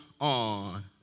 on